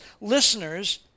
listeners